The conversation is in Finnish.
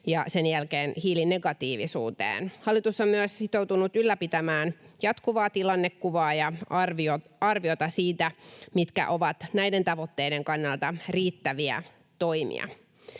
ja sen jälkeen hiilinegatiivisuuteen. Hallitus on myös sitoutunut ylläpitämään jatkuvaa tilannekuvaa ja arviota siitä, mitkä ovat näiden tavoitteiden kannalta riittäviä toimia.